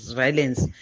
violence